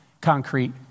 concrete